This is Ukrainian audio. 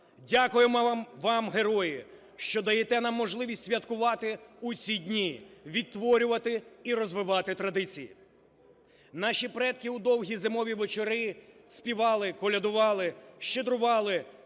Дякуємо вам, герої, що даєте нам можливість святкувати у ці дні, відтворювати і розвивати традиції. Наші предки у довгі зимові вечори співали, колядували, щедрували,